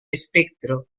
espectro